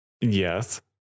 yes